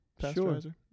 Pasteurizer